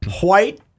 white